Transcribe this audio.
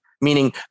meaning